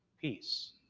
peace